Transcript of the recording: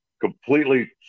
completely